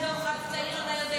את זה בתור ח"כ צעיר אתה יודע.